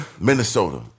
Minnesota